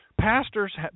Pastors